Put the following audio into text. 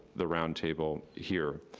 the roundtable here.